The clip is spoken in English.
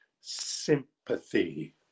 Sympathy